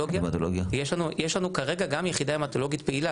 יש לנו כרגע גם יחידה המטולוגית פעילה